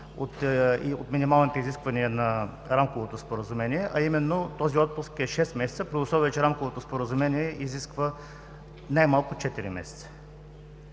от минималните изисквания на Рамковото споразумение, а именно този отпуск е шест месеца, при условие че Рамковото споразумение изисква най-малко четири месеца.